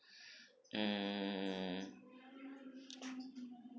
mm